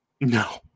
No